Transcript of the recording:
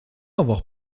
avoir